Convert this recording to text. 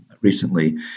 recently